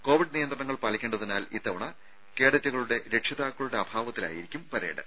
Covid നിയന്ത്രണങ്ങൾ പാലിക്കേണ്ടതിനാൽ ഇത്ത വണ കേഡറ്റുകളുടെ ്രക്ഷിതാക്കളുടെ അഭാവത്തി ലായാരിക്കും പരേഡ്